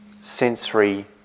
sensory